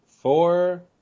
Four